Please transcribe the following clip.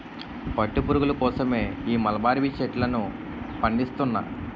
పట్టు పురుగుల కోసమే ఈ మలబరీ చెట్లను పండిస్తున్నా